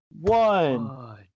one